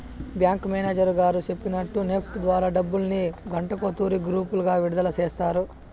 bank manager గారు సెప్పినట్టు NEFT ద్వారా డబ్బుల్ని గంటకో తూరి గ్రూపులుగా విడదల సేస్తారు